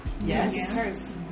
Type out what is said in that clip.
Yes